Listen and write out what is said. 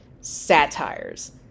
Satires